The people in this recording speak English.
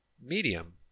medium